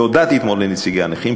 והודעתי אתמול לנציגי הנכים,